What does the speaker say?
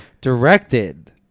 Directed